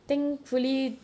thankfully